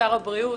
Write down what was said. שר הבריאות,